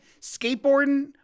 Skateboarding